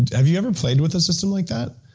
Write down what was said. and have you ever played with a system like that?